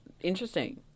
Interesting